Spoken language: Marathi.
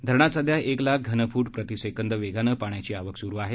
धरणात सध्या एक लाख घनफूट प्रतिसेकंद वेगानं पाण्याची आवक सुरू आहे